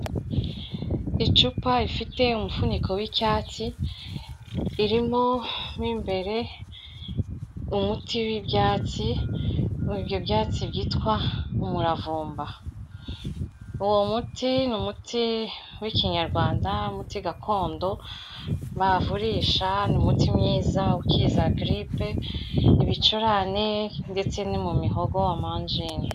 Icupa rifite umufuniko w'icyatsi, ririmo mo imbere umuti w'ibyatsi, ibyo byatsi byitwa umuravumba, uwo muti ni umuti w'ikinyarwanda, umuti gakondo bavurisha, ni umuti mwiza ukiza giripe, ibicurane ndetse no mu mihogo, amanjine.